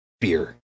beer